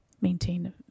maintain